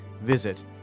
Visit